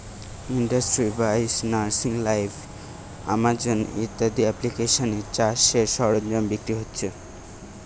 industry বাইশ, nursery live, Amazon ইত্যাদি এপ্লিকেশানে চাষের সরঞ্জাম বিক্রি হচ্ছে